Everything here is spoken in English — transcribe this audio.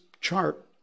chart